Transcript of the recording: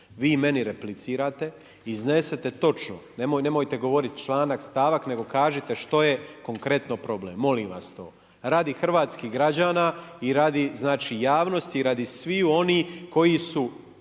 vi meni replicirate, iznesete točno, nemojte govoriti članak, stavak nego kažite što je konkretno problem, molim vas to, radi hrvatskih građana i radi znači javnosti i radi svih onih koji su